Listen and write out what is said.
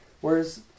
whereas